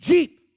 Jeep